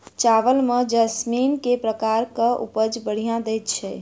चावल म जैसमिन केँ प्रकार कऽ उपज बढ़िया दैय छै?